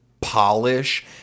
polish